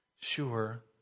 sure